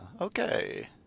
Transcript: okay